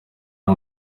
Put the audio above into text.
ari